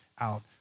out